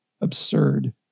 absurd